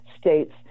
states